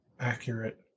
accurate